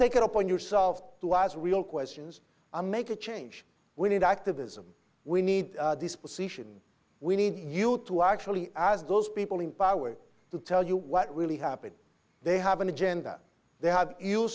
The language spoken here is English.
take it upon yourself to ask real questions a make a change we need activism we need this position we need you to actually ask those people in power to tell you what really happened they have an agenda they have ou